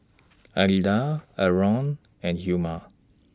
Alida Arron and Hilma